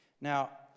Now